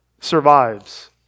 survives